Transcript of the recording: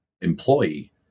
employee